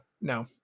No